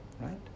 right